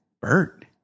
Bert